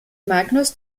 magnus